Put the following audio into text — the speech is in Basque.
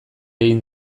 egin